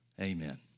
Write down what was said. amen